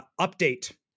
Update